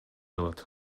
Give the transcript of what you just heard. калат